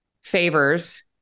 favors